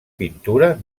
pintura